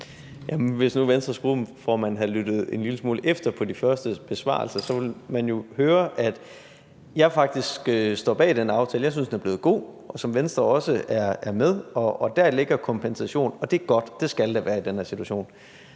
Hvis nu Venstres gruppeformand havde lyttet en lille smule efter de første besvarelser, ville han jo have hørt, at jeg faktisk står bag den aftale – og jeg synes, den er blevet god – som Venstre også er med i. Og der ligger kompensation, og det er godt, for det skal der være i den her situation.